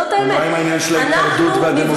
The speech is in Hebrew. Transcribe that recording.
מה עם העניין של ההיפרדות והדמוגרפיה?